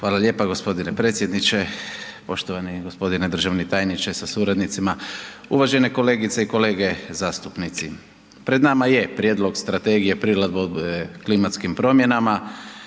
Hvala lijepa gospodine predsjedniče, poštovani gospodine državni tajniče sa suradnicima, uvažene kolegice i kolege zastupnici. Pred nama je Prijedlog Strategije prilagodbe klimatskim promjenama